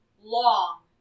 long